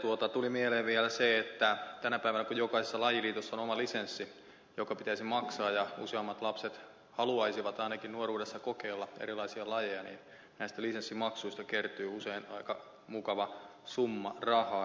ja tuli mieleen vielä se että tänä päivänä kun jokaisessa lajiliitossa on oma lisenssi joka pitäisi maksaa ja useammat lapset haluaisivat ainakin kokeilla erilaisia lajeja niin näistä lisenssimaksuista kertyy usein aika mukava summa rahaa